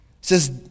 says